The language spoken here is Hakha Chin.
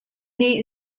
nih